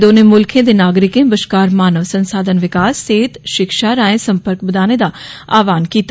दौने मुल्खे दे नागरिक बश्कार मानव संसाधन विकास सेहत शिक्षा राएं सम्पर्क बदाने दा आहवान किता